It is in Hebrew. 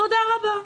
תודה רבה.